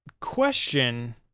Question